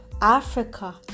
Africa